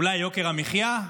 אולי יוקר המחיה?